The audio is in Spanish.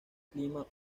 clima